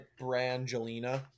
Brangelina